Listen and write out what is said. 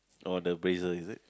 oh the appraisal is it